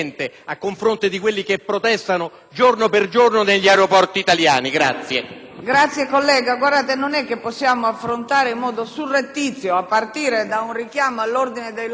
Colleghi, non possiamo affrontare in modo surrettizio, a partire da un richiamo all'ordine dei lavori, questioni di fondo che vanno disciplinate, a mio avviso, con altri strumenti.